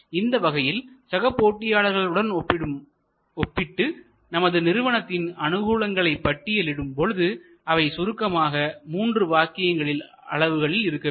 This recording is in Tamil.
இந்த வகையில் சகபோட்டியாளர்கள் உடன் ஒப்பிட்டு நமது நிறுவனத்தின் அனுகூலங்களைப்பட்டியலிடும் பொழுது அவை சுருக்கமாக மூன்று வாக்கியங்கள் அளவில் இருக்க வேண்டும்